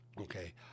Okay